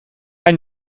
ein